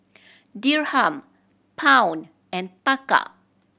Dirham Pound and Taka